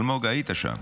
אלמוג, היית שם.